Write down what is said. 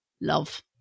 love